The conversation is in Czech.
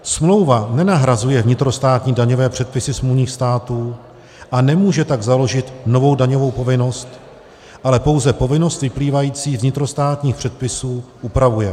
Smlouva nenahrazuje vnitrostátní daňové předpisy smluvních států, a nemůže tak založit novou daňovou povinnost, ale pouze povinnost vyplývající z vnitrostátních předpisů upravuje.